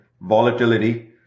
volatility